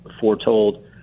foretold